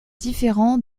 différent